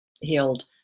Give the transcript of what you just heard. healed